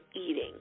eating